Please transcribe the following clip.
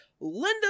Linda